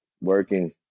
working